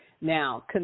Now